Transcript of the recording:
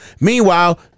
Meanwhile